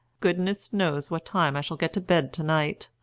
goodness knows what time i shall get to bed to-night!